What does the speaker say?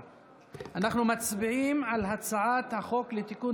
אנחנו מצביעים על הצעת החוק לתיקון